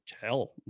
Hell